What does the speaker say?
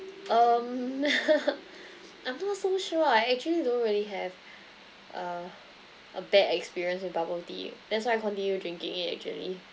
um I'm not so sure I actually don't really have a a bad experience with bubble tea that's why I continue drinking it actually